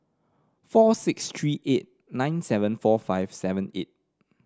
four six three eight nine seven four five seven eight